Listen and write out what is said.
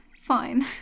fine